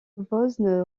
vosne